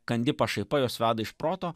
kandi pašaipa jos veda iš proto